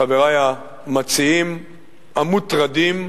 חברי המציעים המוטרדים,